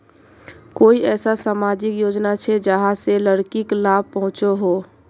कोई ऐसा सामाजिक योजना छे जाहां से लड़किक लाभ पहुँचो हो?